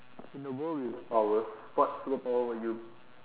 in the world with powers what superpower will you